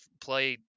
play